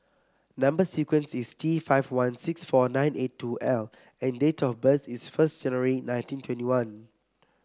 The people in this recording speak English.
number sequence is T five one six four nine eight two L and date of birth is first January nineteen twenty one